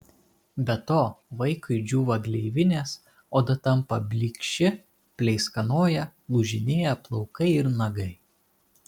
be to vaikui džiūva gleivinės oda tampa blykši pleiskanoja lūžinėja plaukai ir nagai